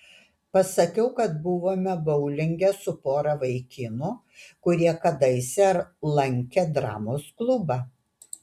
pasakiau kad buvome boulinge su pora vaikinų kurie kadaise lankė dramos klubą